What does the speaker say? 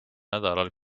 nädalal